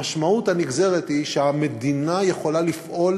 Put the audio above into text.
המשמעות הנגזרת היא שהמדינה יכולה לפעול